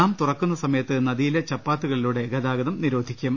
dam തുറക്കുന്ന സമയത്ത് നദിയിലെ ചപ്പാത്തുകളിലൂടെ ഗതാഗതം നിരോധിക്കും